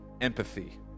Empathy